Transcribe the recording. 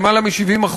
למעלה מ-70%,